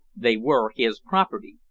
they were his property,